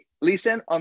listen